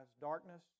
darkness